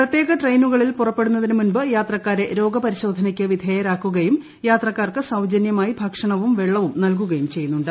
പ്രത്യേക ട്രെയിനുകളിൽ പുറപ്പെടുന്നതിനു മുമ്പ് യാത്രക്കാരെ രോഗപരിശോധനക്ക് വിധേയരാക്കുകയും യാത്രക്കാർക്ക് സൌജനൃമായിഭക്ഷണവും വെള്ളവും നൽകുകയും ചെയ്യുന്നുണ്ട്